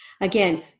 Again